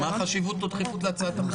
מה החשיבות או דחיפות להצעת החוק?